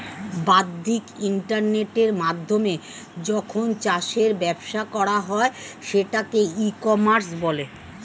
বাদ্দিক ইন্টারনেটের মাধ্যমে যখন চাষের ব্যবসা করা হয় সেটাকে ই কমার্স বলে